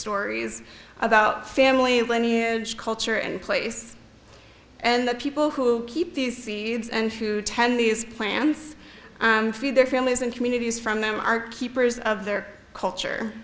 stories about family and lineage culture and place and the people who keep these seeds and who tend these plants feed their families and communities from them are keepers of their culture